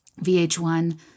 VH1